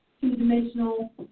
Two-dimensional